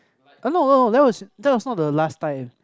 no no no that was that was not the last time